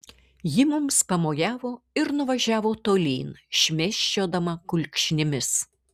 ji mums pamojavo ir nuvažiavo tolyn šmėsčiodama kulkšnimis